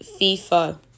FIFA